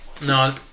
No